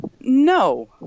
no